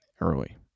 Early